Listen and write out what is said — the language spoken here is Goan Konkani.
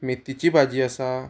मेथीची भाजी आसा